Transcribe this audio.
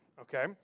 okay